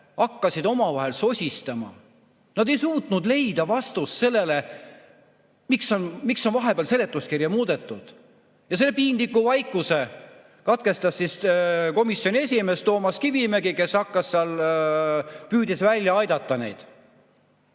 hakkasid omavahel sosistama. Nad ei suutnud leida vastust sellele, miks on vahepeal seletuskirja muudetud. Ja selle piinliku vaikuse katkestas komisjoni esimees Toomas Kivimägi, kes püüdis neid seal välja aidata.